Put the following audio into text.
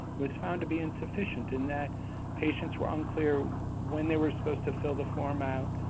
was found to be insufficient in that patients were unclear when they were supposed to fill the form out,